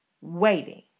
Waiting